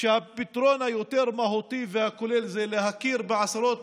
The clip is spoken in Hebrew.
שהפתרון המהותי היותר והכולל הוא להכיר בעשרות